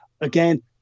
again